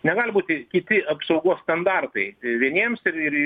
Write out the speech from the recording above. negali būti kiti apsaugos standartai vieniems ir ir